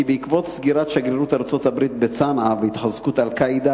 כי בעקבות סגירת שגרירות ארצות-הברית בצנעא והתחזקות "אל-קאעידה",